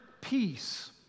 peace